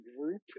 group